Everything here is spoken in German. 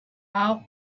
auch